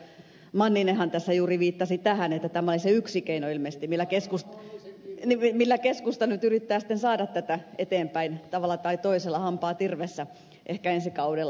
manninenhan juuri viittasi tähän että tämä olisi yksi keino ilmeisesti millä keskusta nyt yrittää sitten saada tätä eteenpäin tavalla tai toisella hampaat irvessä ehkä ensi kaudella